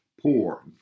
poor